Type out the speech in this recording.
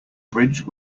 bridge